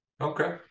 Okay